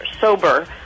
Sober